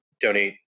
donate